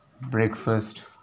breakfast